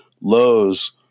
lows